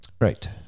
Right